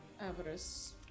Avarice